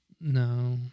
No